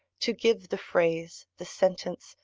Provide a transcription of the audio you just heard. to give the phrase, the sentence,